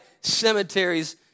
cemeteries